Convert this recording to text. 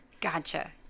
Gotcha